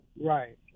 Right